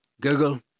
Google